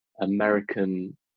American